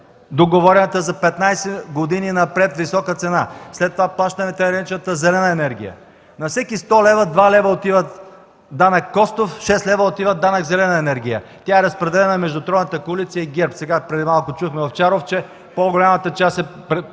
договорената за 15 години занапред висока цена. След това плащаме тъй наречената „зелена енергия”. На всеки 100 лв. 2 лв. отиват данък „Костов”, 6 лв. отиват данък „зелена енергия”. Тя е разпределена между тройната коалиция и ГЕРБ. Преди малко чухме Овчаров, че по-голямата част е била